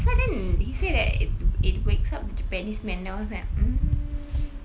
that's why then he say that it it wakes up the japanese man then I was like mm